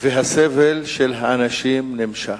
והסבל של האנשים נמשך.